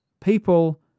people